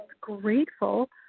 grateful